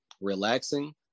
relaxing